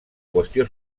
qüestió